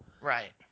Right